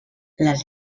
les